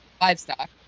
livestock